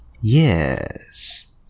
Yes